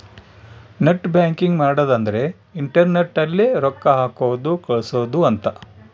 net banking ಮಾಡದ ಅಂದ್ರೆ internet ಅಲ್ಲೆ ರೊಕ್ಕ ಹಾಕೋದು ಕಳ್ಸೋದು ಅಂತ